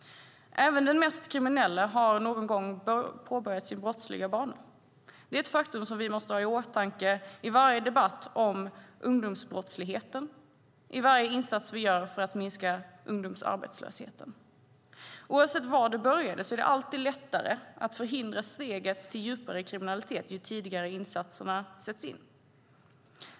Även den mest kriminelle har någon gång påbörjat sin brottsliga bana. Det är ett faktum vi måste ha i åtanke i varje debatt om ungdomsbrottsligheten och i varje insats vi gör för att minska ungdomsarbetslösheten. Oavsett var det började är det alltid lättare att förhindra steget till djupare kriminalitet ju tidigare insatserna sätts in.